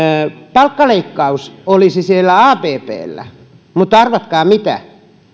palkkaleikkaus olisi siellä abbllä mutta arvatkaa mitä